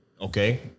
Okay